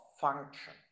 function